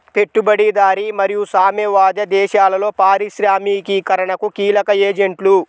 పెట్టుబడిదారీ మరియు సామ్యవాద దేశాలలో పారిశ్రామికీకరణకు కీలక ఏజెంట్లు